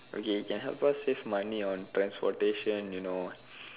okay it can help us save money on transportation you know